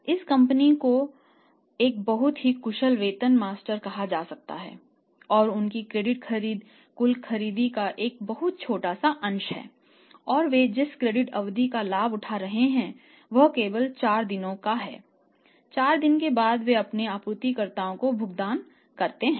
इस कंपनी को एक बहुत ही कुशल वेतन मास्टर कहा जाता है और उनकी क्रेडिट खरीद कुल खरीद का एक बहुत छोटा सा अंश है और वे जिस क्रेडिट अवधि का लाभ उठा रहे हैं वह केवल 4 दिनों का है 4 दिनों के बाद वे अपने आपूर्तिकर्ताओं को भुगतान करते हैं